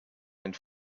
and